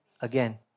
again